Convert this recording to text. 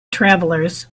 travelers